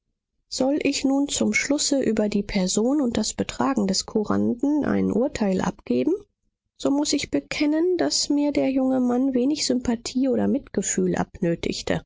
soll ich nun zum schlusse über die person und das betragen des kuranden ein urteil abgeben so muß ich bekennen daß mir der junge mann wenig sympathie oder mitgefühl abnötigte